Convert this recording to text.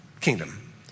kingdom